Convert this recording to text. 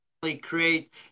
Create